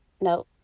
No